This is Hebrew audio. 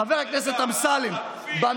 חבר הכנסת אמסלם, רגע, עלה החלופי.